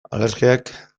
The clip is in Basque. alergiak